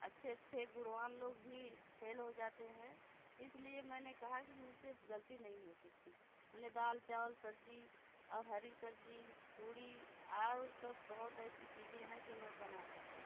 अच्छे अच्छे गुणवान लोग भी फेल हो जाते हैं इसलिए मैंने कहा कि मुझसे गलती नई हो सकती मैंने दाल चावल सब्जी और हरी सब्जी पूड़ी अउर सब बहुत ऐसी चीज़ें हैं जो मैं बना सकती हूँ